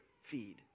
feed